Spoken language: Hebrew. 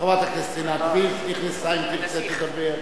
חברת הכנסת עינת וילף נכנסה, אם תרצה, תדבר.